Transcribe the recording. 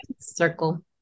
Circle